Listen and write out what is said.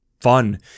fun